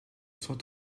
cent